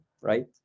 right